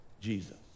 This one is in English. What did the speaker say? Jesus